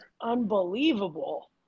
unbelievable